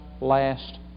last